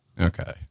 Okay